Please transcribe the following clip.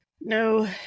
No